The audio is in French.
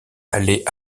allaient